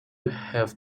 have